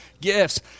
gifts